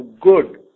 good